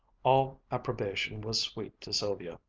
all approbation was sweet to sylvia.